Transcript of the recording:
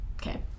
Okay